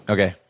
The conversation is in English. Okay